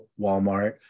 Walmart